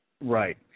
Right